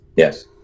Yes